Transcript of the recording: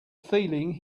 feeling